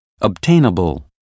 obtainable